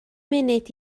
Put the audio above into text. munud